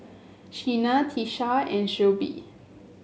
Sheena Tisha and Shelbie